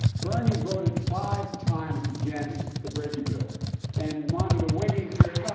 bernie voted five times against the brady bill and wanted a waiting period so